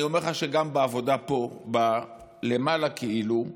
אני אומר לך שגם בעבודה פה, למעלה, כאילו,